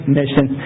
mission